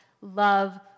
love